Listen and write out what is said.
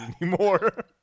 anymore